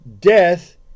death